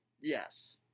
Yes